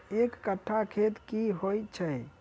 एक कट्ठा खेत की होइ छै?